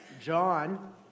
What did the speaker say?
John